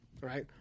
right